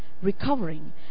Recovering